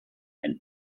ein